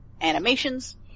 animations